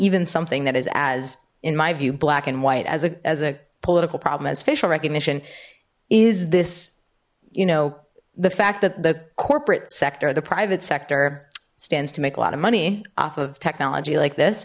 even something that is as in my view black and white as a political problem as facial recognition is this you know the fact that the corporate sector the private sector stands to make a lot of money off of technology like this